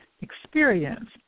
experience